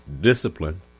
discipline